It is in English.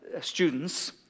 students